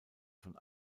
von